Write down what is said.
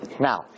Now